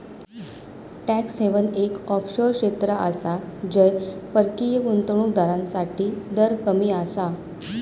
tax haven एक offshore क्षेत्र आसा जय परकीय गुंतवणूक दारांसाठी दर कमी आसा